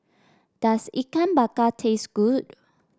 does Ikan Bakar taste good